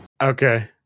okay